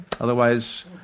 otherwise